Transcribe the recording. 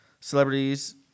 Celebrities